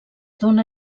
dóna